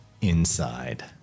inside